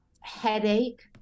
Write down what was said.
headache